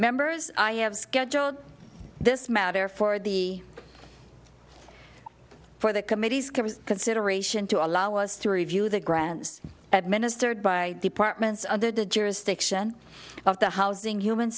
members i have scheduled this matter for the for the committee's consideration to allow us to review the grants administered by departments under the jurisdiction of the housing human